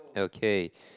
okay